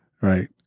Right